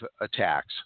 attacks